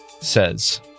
Says